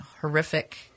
horrific